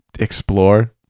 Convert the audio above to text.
Explore